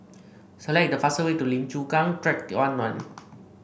select the fastest way to Lim Chu Kang Track one one